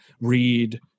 read